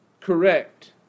correct